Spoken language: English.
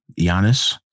Giannis